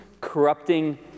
corrupting